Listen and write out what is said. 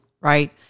right